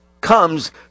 comes